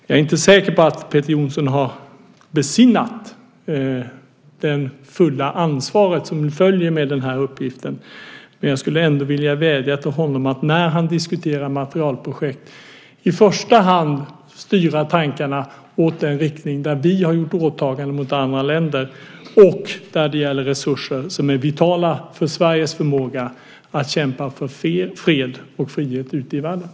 Jag är inte säker på att Peter Jonsson har besinnat det fulla ansvar som följer med den här uppgiften, men jag skulle ändå vilja vädja till honom att när han diskuterar materielprojekt i första hand styra tankarna i den riktning där vi har gjort åtaganden gentemot andra länder och där det gäller resurser som är vitala för Sveriges förmåga att kämpa för fred och frihet ute i världen.